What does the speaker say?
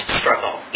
struggle